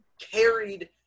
carried